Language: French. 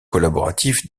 collaborative